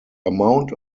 amount